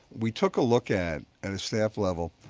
we took a look at, at staff level,